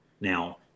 Now